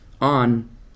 on